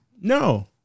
No